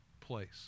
place